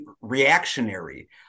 reactionary